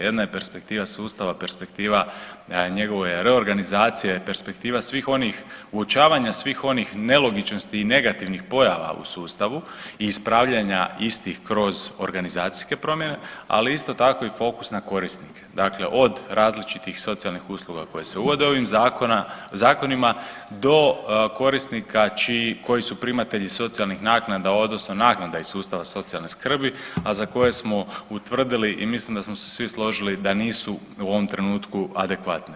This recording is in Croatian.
Jedna je perspektiva sustava, perspektiva njegove reorganizacije, perspektiva svih onih uočavanja, svih onih nelogičnosti i negativnih pojava u sustavu i ispravljanja istih kroz organizacijske promjene, ali isto tako i fokus na korisnike, dakle od različitih socijalnih usluga koje se uvode ovim zakonima do korisnika koji su primatelji socijalnih naknada odnosno naknada iz sustava socijalne skrbi, a za koje smo utvrdili i mislim da smo se svi složili da nisu u ovom trenutku adekvatne.